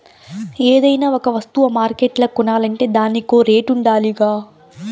ఏదైనా ఒక వస్తువ మార్కెట్ల కొనాలంటే దానికో రేటుండాలిగా